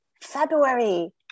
February